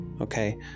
Okay